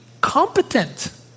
competent